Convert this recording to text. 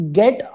get